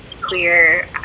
clear